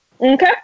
Okay